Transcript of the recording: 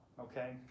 Okay